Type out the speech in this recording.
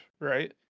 right